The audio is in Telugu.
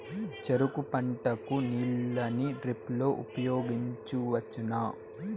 చెరుకు పంట కు నీళ్ళని డ్రిప్ లో ఉపయోగించువచ్చునా?